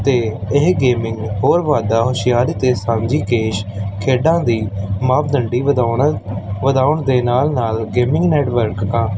ਅਤੇ ਇਹ ਗੇਮਿੰਗ ਹੋਰ ਵਾਧਾ ਹੁਸ਼ਿਆਰੀ ਅਤੇ ਸਾਂਝੀ ਕੇਸ਼ ਖੇਡਾਂ ਦੀ ਮਾਪਦੰਡੀ ਵਧਾਉਣ ਵਧਾਉਣ ਦੇ ਨਾਲ ਨਾਲ ਗੇਮਿੰਗ ਨੈਟਵਰਕ ਕਾ